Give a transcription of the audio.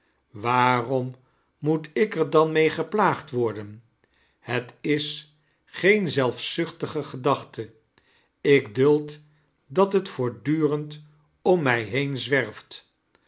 waarom moet ik er dan mee geplaagd warden het is geen zelfzuchtige gedachte ik duld dat het voortdiuremd om mij heen zwerft